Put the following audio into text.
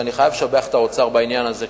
ואני חייב לשבח את האוצר בעניין הזה,